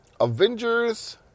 Avengers